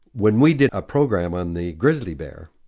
when we did a program on the grizzly bear,